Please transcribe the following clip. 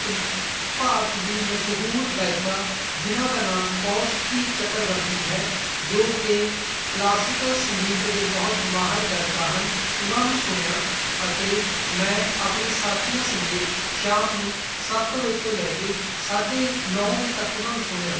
ਪੰ ਭਾਰਤ ਦੀ ਮਸ਼ਹੂਰ ਗਾਇਕਾ ਜਿਨ੍ਹਾਂ ਦਾ ਨਾਮ ਕੌਸ਼ਕੀ ਚੱਕਰਵਰਤੀ ਹੈ ਜੋ ਕਿ ਕਲਾਸੀਕਲ ਸੰਗੀਤ ਦੇ ਬਹੁਤ ਮਾਹਰ ਗਾਇਕਾ ਹਨ ਉਹਨਾਂ ਨੂੰ ਸੁਣਿਆ ਅਤੇ ਮੈਂ ਆਪਣੇ ਸਾਥੀਆਂ ਸਮੇਤ ਸ਼ਾਮ ਨੂੰ ਸੱਤ ਵਜੇ ਤੋਂ ਲੈ ਕੇ ਸਾਢੇ ਨੌ ਵਜੇ ਤੱਕ ਉਹਨਾਂ ਨੂੰ ਸੁਣਿਆ